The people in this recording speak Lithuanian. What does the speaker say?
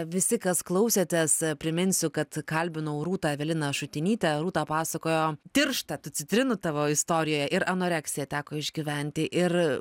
visi kas klausėtės priminsiu kad kalbinau rūtą eveliną šutinytę rūta pasakojo tiršta tų citrinų tavo istorijoje ir anoreksiją teko išgyventi ir